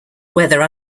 weather